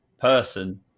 person